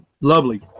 Lovely